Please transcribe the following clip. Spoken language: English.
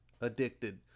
Addicted